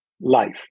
life